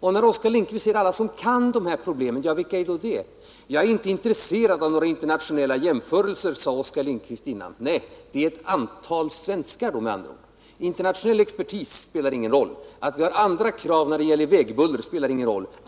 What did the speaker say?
Oskar Lindkvist säger att man har lyssnat till alla som kan de här problemen. Vilka är då de? Oskar Lindkvist sade i sitt senaste inlägg att han inte är intresserad av några internationella jämförelser. Det är då med andra ord ett antal svenskar som man skall lyssna till. Internationell expertis spelar ingen roll, att vi har andra krav när det gäller vägbuller spelar ingen roll.